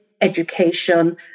education